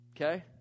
Okay